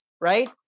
right